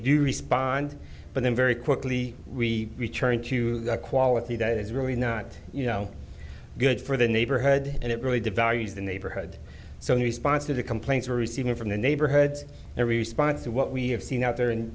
do respond but then very quickly we return to a quality that is really not you know good for the neighborhood and it really devalues the neighborhood so in response to the complaints were receiving from the neighborhoods their response to what we have seen out there and